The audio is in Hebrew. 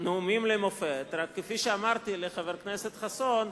נאומים למופת, רק כפי שאמרתי לחבר הכנסת חסון,